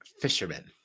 fisherman